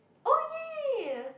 oh ya ya ya ya